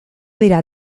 dira